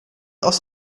aus